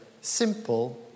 simple